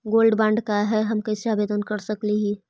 Gold bond का है, हम कैसे आवेदन कर सकली ही?